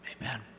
Amen